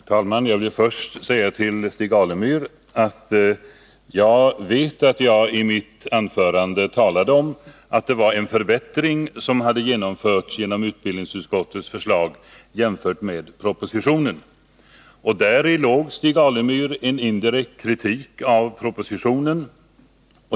Fru talman! Först vill jag säga till Stig Alemyr att jag vet att jag i mitt anförande talade om att utbildningsutskottets förslag var en förbättring jämfört med propositionens. Däri låg, Stig Alemyr, en indirekt kritik av propositionen.